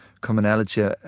commonality